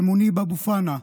ומוניב אבו-פנה,